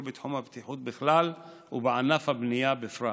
בתחום הבטיחות בכלל ובענף הבנייה בפרט,